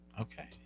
okay